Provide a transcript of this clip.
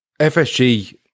FSG